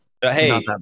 hey